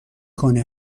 کنه